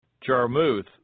Jarmuth